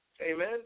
Amen